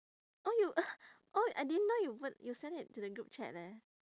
oh you oh I didn't know you put you send it to the group chat leh